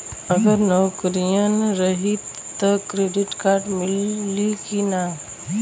अगर नौकरीन रही त क्रेडिट कार्ड मिली कि ना?